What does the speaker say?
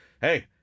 hey